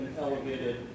elevated